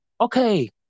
okay